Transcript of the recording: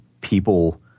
people